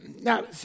Now